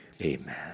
Amen